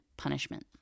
punishment